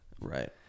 Right